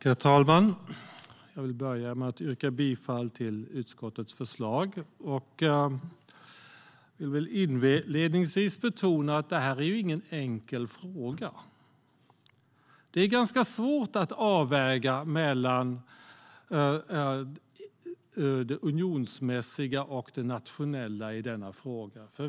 Herr talman! Jag vill börja med att yrka bifall till utskottets förslag. Jag vill inledningsvis betona att detta inte är någon enkel fråga. Det är ganska svårt att avväga mellan det unionsmässiga och det nationella i denna fråga.